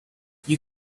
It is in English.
you